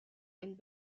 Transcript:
and